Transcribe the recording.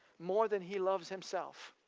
more than he loves himself.